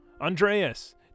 Andreas